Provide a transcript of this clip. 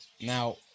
now